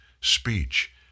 speech